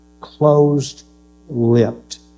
closed-lipped